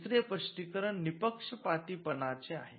तिसरे स्पष्टीकरण निपक्षपाती पण विषयी आहे